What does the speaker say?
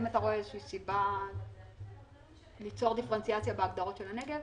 האם אתה רואה סיבה ליצור דיפרנציאציה בהגדרות של הנגב?